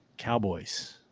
Cowboys